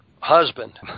husband